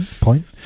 point